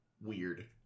weird